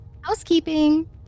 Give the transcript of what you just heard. Housekeeping